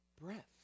breath